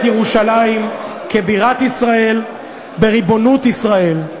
ירושלים כבירת ישראל בריבונות ישראל.